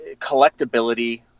collectability